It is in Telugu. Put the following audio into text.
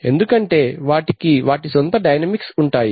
ఎందుకంటే వాటికి వాటి సొంత డైనమిక్స్ ఉంటాయి